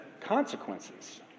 consequences